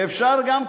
ואפשר גם כן,